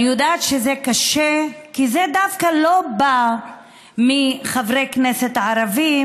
אני יודעת שזה קשה כי זה דווקא לא בא מחברי כנסת ערבים,